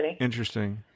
Interesting